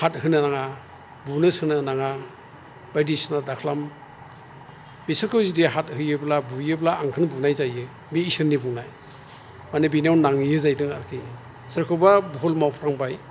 हाद होनो नाङा बुनो सोनो नाङा बायदिसिना दाखालाम बिसोरखौ जुदि हाद होयोब्ला बुयोब्ला आंखौनो बुनाय जायो बे इसोरनि बुंनाय मानि बेनाव नांहैयो जाहैदों आरखि सोरखौबा बुहुल मावफ्लांबाय